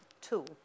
tool